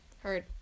heard